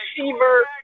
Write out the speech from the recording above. receiver